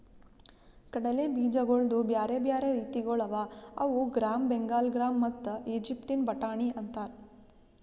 ಕಡಲೆ ಬೀಜಗೊಳ್ದು ಬ್ಯಾರೆ ಬ್ಯಾರೆ ರೀತಿಗೊಳ್ ಅವಾ ಅವು ಗ್ರಾಮ್, ಬೆಂಗಾಲ್ ಗ್ರಾಮ್ ಮತ್ತ ಈಜಿಪ್ಟಿನ ಬಟಾಣಿ ಅಂತಾರ್